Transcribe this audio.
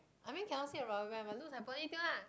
I mean cannot see the rubber band but looks like ponytail lah